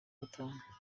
gatanu